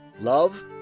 love